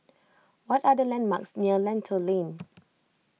what are the landmarks near Lentor Lane